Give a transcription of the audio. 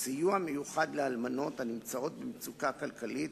סיוע מיוחד לאלמנות הנמצאות במצוקה כלכלית